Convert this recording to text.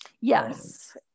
Yes